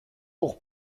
pour